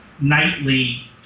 nightly